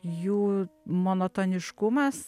jų monotoniškumas